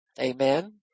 Amen